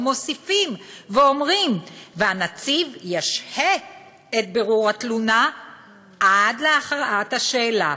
ומוסיפים ואומרים: "והנציב ישהה את בירור התלונה עד להכרעה בשאלה,